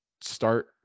start